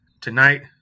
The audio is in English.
tonight